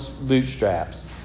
bootstraps